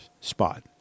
spot